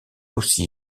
aussi